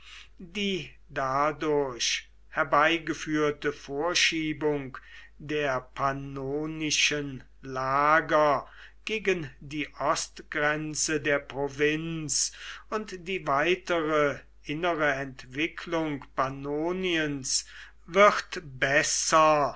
die dadurch herbeigeführte vorschiebung der pannonischen lager gegen die ostgrenze der provinz und die weitere innere entwicklung pannoniens wird besser